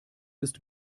ist